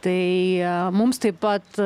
tai mums taip pat